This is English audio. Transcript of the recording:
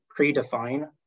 predefine